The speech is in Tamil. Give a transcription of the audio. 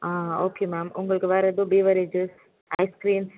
ஆ ஓகே மேம் உங்களுக்கு வேறு எதுவும் பீவரேஜஸ் ஐஸ் க்ரீம்ஸ்